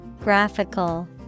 Graphical